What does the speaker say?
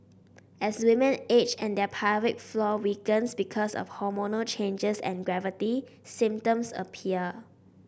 as women age and their pelvic floor weakens because of hormonal changes and gravity symptoms appear